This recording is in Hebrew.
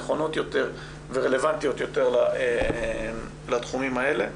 נכונות יותר ורלוונטיות יותר לתחומים האלה,